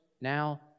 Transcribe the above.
now